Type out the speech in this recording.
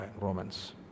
romans